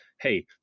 hey